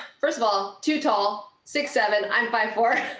first of all, too tall, six seven, i'm five four.